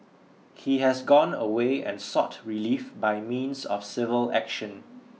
he has gone away and sought relief by means of civil action